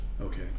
Okay